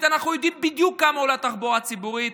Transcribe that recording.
אנחנו יודעים בדיוק כמה עולה תחבורה ציבורית